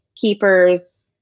keepers